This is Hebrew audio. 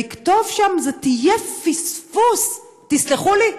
לכתוב שם: זה יהיה פספוס תסלחו לי,